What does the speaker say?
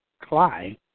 Cly